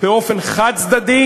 באופן חד-צדדי,